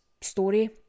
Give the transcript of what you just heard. story